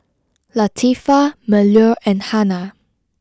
Latifa Melur and Hana